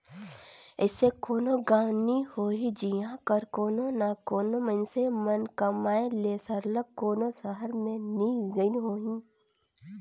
अइसे कोनो गाँव नी होही जिहां कर कोनो ना कोनो मइनसे मन कमाए ले सरलग कोनो सहर में नी गइन होहीं